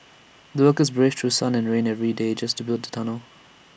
the workers braved through sun and rain every day just to build the tunnel